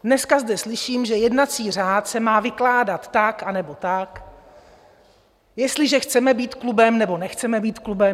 Dneska zde slyším, že jednací řád se má vykládat tak, anebo tak, jestliže chceme být klubem, nebo nechceme být klubem.